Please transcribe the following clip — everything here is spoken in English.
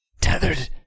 tethered